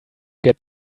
get